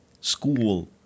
school